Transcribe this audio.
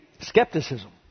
skepticism